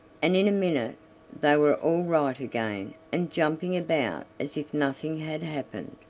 and in a minute they were all right again and jumping about as if nothing had happened.